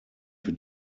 für